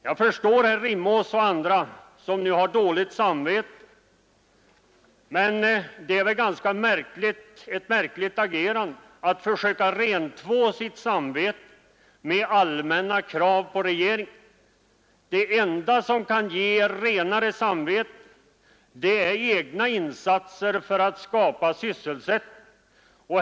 Jag förstår att herr Rimås och andra nu har dåligt samvete. Men det är väl ett ganska märkligt agerande att försöka rentvå sitt samvete med allmänna krav på regeringen. Det enda som kan ge renare samvete är egna insatser för att skapa sysselsättning.